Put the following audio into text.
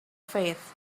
faith